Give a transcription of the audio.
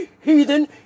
heathen